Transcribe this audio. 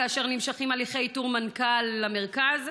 כאשר נמשכים הליכי איתור מנכ"ל למרכז.